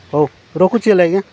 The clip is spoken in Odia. ହଉ ରଖୁଛି ହେଲେ ଆଜ୍ଞା